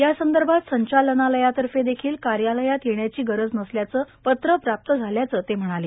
यासंदर्भात संचालनालयातर्फे देखिल कार्यालयात येण्याची गरज नसल्याचं पत्र प्राप्त झाल्याचं ते म्हणाले